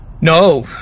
No